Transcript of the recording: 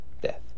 death